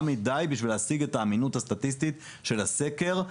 מדי בשביל להשיג את האמינות הסטטיסטית של הסקר.